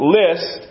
list